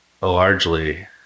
largely